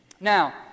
Now